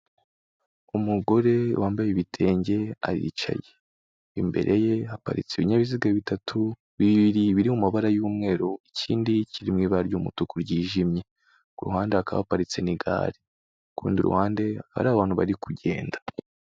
Umugore wambaye ibitenge aricaye, imbere ye haparitse ibinyabiziga bitatu, bibiri biri mu mabara y'umweru, ikindi kiri mu ibara ry'umutuku ryijimye, ku ruhande hakaba haparitse n'igare, ku rundi ruhande hari abantu bari kugenda.